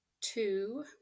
Two